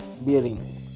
bearing